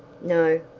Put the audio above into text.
no,